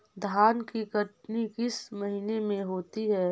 धान की कटनी किस महीने में होती है?